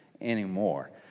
anymore